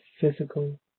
physical